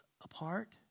apart